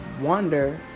wonder